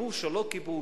כיבוש או לא כיבוש,